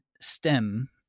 STEM